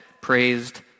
praised